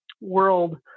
world